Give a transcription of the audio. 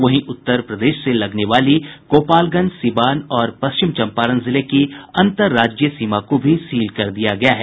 वहीं उत्तर प्रदेश से लगने वाली गोपालगंज सीवान और पश्चिम चम्पारण जिले की अंतर्राज्यीय सीमा को भी सील कर दिया गया है